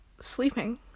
sleeping